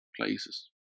places